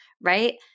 right